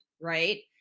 right